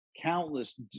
countless